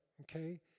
okay